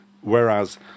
whereas